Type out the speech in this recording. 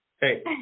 hey